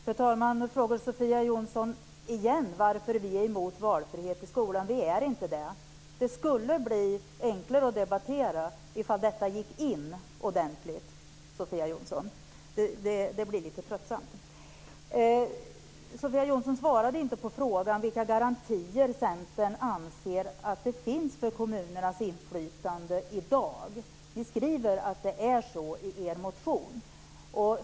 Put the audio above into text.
Fru talman! Nu frågar Sofia Jonsson igen varför vi är emot valfriheten i skolan. Vi är inte det. Det skulle bli enklare att debattera ifall detta gick in ordentligt. Det blir lite tröttsamt. Sofia Jonsson svarade inte på frågan vilka garantier Centern anser att det finns för kommunernas inflytande i dag. Ni skriver i er motion att det är så.